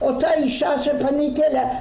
אותה אישה שפניתי אליה,